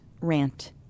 rant